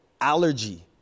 allergy